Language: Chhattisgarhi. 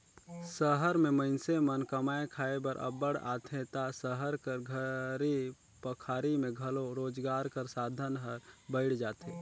सहर में मइनसे मन कमाए खाए बर अब्बड़ आथें ता सहर कर घरी पखारी में घलो रोजगार कर साधन हर बइढ़ जाथे